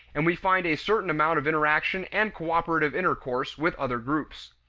and we find a certain amount of interaction and cooperative intercourse with other groups.